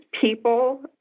people